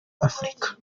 afurika